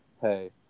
Hey